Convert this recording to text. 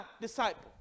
disciple